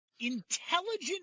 intelligent